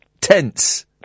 tense